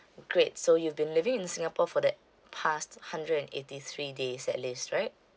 great so you've been living in singapore for the past hundred and eighty three days at least right